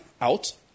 out